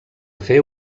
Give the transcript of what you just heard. fer